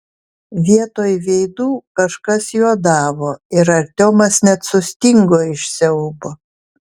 vietoj veidų kažkas juodavo ir artiomas net sustingo iš siaubo